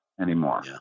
anymore